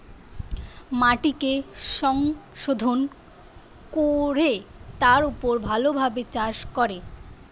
মাটিকে সংশোধন কোরে তার উপর ভালো ভাবে চাষ করে